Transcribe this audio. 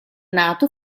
nato